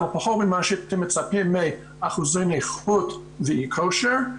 אבל פחות ממה שאתם מצפים מאחוזי נכות ואי כושר,